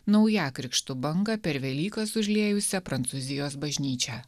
naujakrikštų bangą per velykas užliejusią prancūzijos bažnyčią